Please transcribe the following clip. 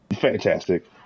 fantastic